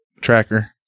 tracker